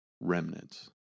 remnants